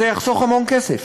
זה יחסוך המון כסף.